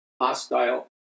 hostile